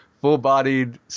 full-bodied